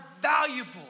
valuable